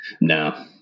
No